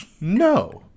No